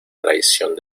traición